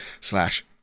slash